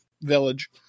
village